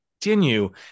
continue